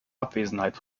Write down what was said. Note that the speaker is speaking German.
abwesenheit